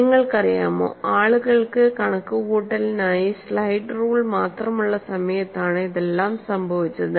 നിങ്ങൾക്കറിയാമോ ആളുകൾക്ക് കണക്കുകൂട്ടലിനായി സ്ലൈഡ് റൂൾ മാത്രമുള്ള ഒരു സമയത്താണ് ഇതെല്ലാം സംഭവിച്ചത്